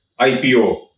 IPO